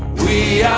we